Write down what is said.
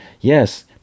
Yes